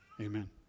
Amen